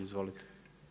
Izvolite.